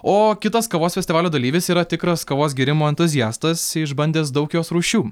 o kitas kavos festivalio dalyvis yra tikras kavos gėrimo entuziastas išbandęs daug jos rūšių